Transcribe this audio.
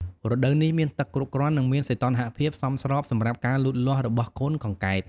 រដូវនេះមានទឹកគ្រប់គ្រាន់ និងមានសីតុណ្ហភាពសមស្របសម្រាប់ការលូតលាស់របស់កូនកង្កែប។